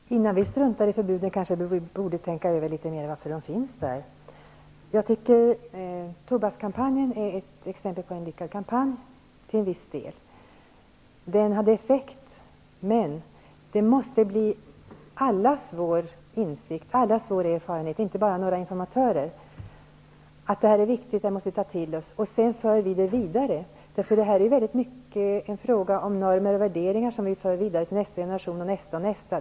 Herr talman! Innan vi struntar i förbuden borde vi kanske tänka litet mer på varför de finns. Tobakskampanjen är ett exempel på en till viss del lyckad kampanj. Den hade en effekt. Det måste bli allas vår insikt och erfarenhet, inte bara för informatörerna, att informationen är viktig och att vi måste ta till oss av den. Sedan måste informationen föras vidare. Det här är mycket en fråga om normer och värderingar som förs vidare till de kommande generationerna.